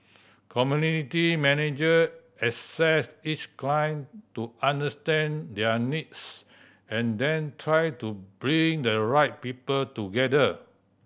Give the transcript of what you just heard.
community manager assess each client to understand their needs and then try to bring the right people together